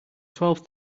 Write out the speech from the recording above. twelve